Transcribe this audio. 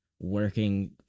working